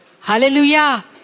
Hallelujah